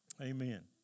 Amen